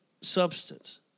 substance